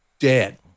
dead